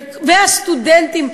והסטודנטים,